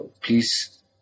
please